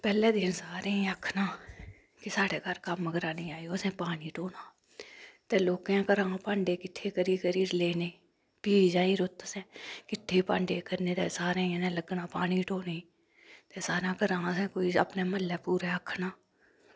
पैह्लै दिन सारें ई आक्खन कि साढ़ै घर कम्म कराने आयो असैं पानी ढोनां ते लोकैं घरा भांडे किट्ठे करी करी लेने फ्ही जेई र ओत्त असैं किट्ठे भांडे करने ते सारैं जनैं लग्गना पानी ढोनेंई ते सारैं घरा असैं कोई अपनै मह्ल्लै पूरै आक्खना